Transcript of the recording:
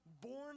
born